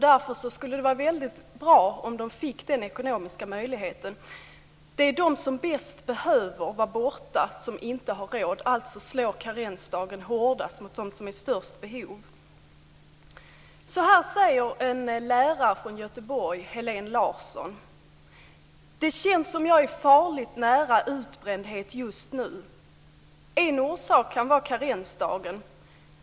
Därför skulle det vara bra om de fick den ekonomiska möjligheten. Det är de som bäst behöver vara borta som inte har råd. Alltså slår karensdagen hårdast mot dem som är i störst behov. Så här säger en lärare från Göteborg, Helene Larsson: Det känns som om jag är farligt nära utbrändhet just nu. En orsak kan vara karensdagen.